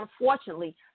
unfortunately